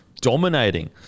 dominating